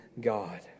God